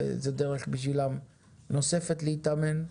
וזאת דרך נוספת בשבילם להתאמן,